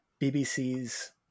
BBC's